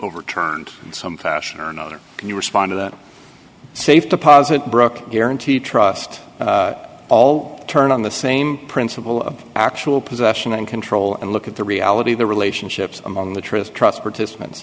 overturned in some fashion or another can you respond to that safe deposit brooke guarantee trust all turned on the same principle of actual possession and control and look at the reality of the relationships among the tryst trust participant